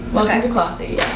welcome to klossy